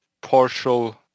partial